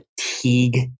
fatigue